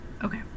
Okay